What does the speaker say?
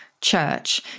Church